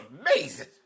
amazing